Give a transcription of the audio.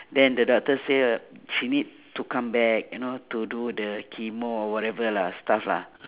then the doctor say uh she need to come back you know to do the chemo whatever lah stuff lah